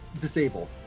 disable